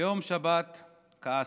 ביום שבת כעסתי,